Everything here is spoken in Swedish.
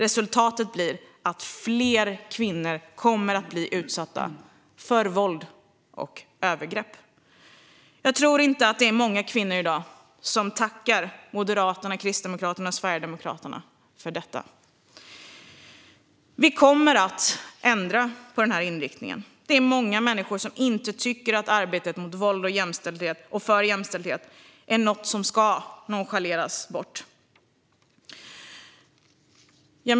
Resultatet blir att fler kvinnor kommer att bli utsatta för våld och övergrepp. Jag tror inte det är många kvinnor som i dag tackar Moderaterna, Kristdemokraterna eller Sverigedemokraterna för det. Vi kommer att ändra på denna inriktning. Vi är många människor som tycker att arbetet mot våld och för jämställdhet inte är något som ska nonchaleras.